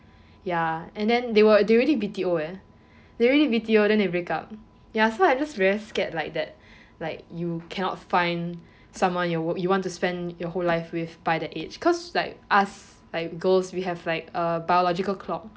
ya and then they were they already B_T_O leh they really B_T_O then they break up ya so I just very scared like that like you cannot find someone you you want to spend your whole life with by the age cause like us like girls we have like a biological clock